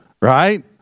Right